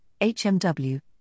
HMW